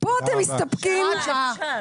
הוראת שעה לארבע שנים.